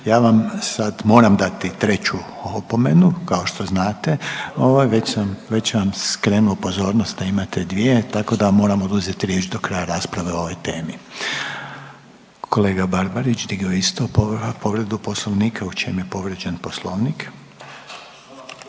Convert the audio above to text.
ja vam sad moram dati treću opomenu kao što znate ovaj već sam vam skrenuo pozornost da imate dvije, tako vam moram oduzeti riječ do kraja rasprave o ovoj temi. Kolega Barbarić digao je isto povredu Poslovnika. U čem je povrijeđen Poslovnik?